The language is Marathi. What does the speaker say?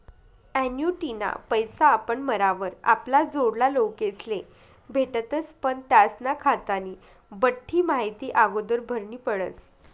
ॲन्युटीना पैसा आपण मरावर आपला जोडला लोकेस्ले भेटतस पण त्यास्ना खातानी बठ्ठी माहिती आगोदर भरनी पडस